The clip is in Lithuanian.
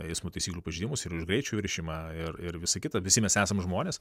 eismo taisyklių pažeidimus ir už greičio viršijimą ir ir visa kita visi mes esam žmonės